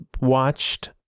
watched